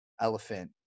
elephant